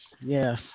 Yes